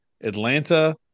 Atlanta